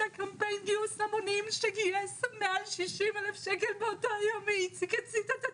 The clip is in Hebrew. הקמפיין גיוס המונים שגייס מעל 60,000 שקל באותו היום איציק הצית את עצמו.